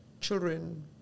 children